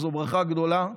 שזאת ברכה גדולה.